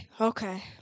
okay